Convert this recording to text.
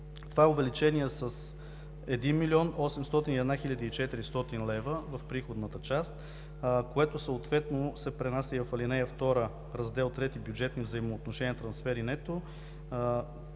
Това е увеличение с 1 млн. 801 хил. 400 лв. в Приходната част, което съответно се пренася и в ал. 2, Раздел III „Бюджетни взаимоотношения, трансфери и нето“,